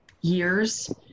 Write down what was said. years